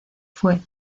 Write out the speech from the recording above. fue